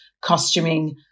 costuming